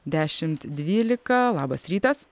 dešimt dvylika labas rytas